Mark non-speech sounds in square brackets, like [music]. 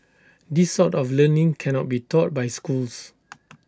this sort of learning cannot be taught by schools [noise]